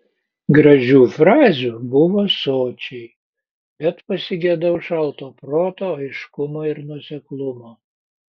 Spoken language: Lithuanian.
gražių frazių buvo sočiai bet pasigedau šalto proto aiškumo ir nuoseklumo